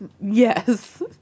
Yes